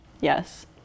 Yes